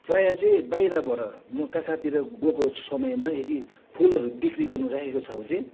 प्रायः चाहिँ बाहिरबाट म कहाँ कहाँतिर गएको समयमा यदि फुलहरू बिक्री गर्नराखेको छ भने चाहिँ